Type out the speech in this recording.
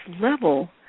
level